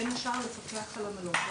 בין השאר, לפקח על עמלות.